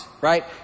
right